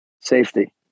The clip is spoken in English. safety